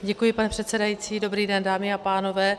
Děkuji, pane předsedající, dobrý den, dámy a pánové.